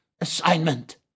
assignment